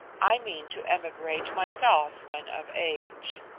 i mean to emigrate myself when of age.